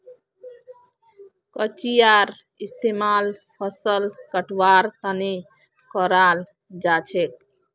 कचियार इस्तेमाल फसल कटवार तने कराल जाछेक